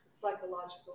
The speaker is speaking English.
psychological